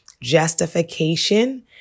justification